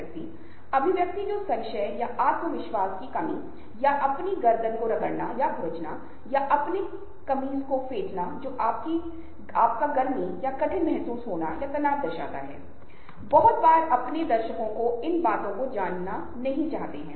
वह कोई व्यक्ति को जानता है जो दिल्ली में यम॰पी है इसलिए वह इसे उस व्यक्ति को भेजता है वह व्यक्ति इसे किसी ऐसे व्यक्ति को भेजता है जो शायद संसद में है और वह व्यक्ति इसे किसी ऐसे व्यक्ति को भेजता है जो वास्तव में अंत में इसे हमारे प्रधानमंत्री को भेज सकता है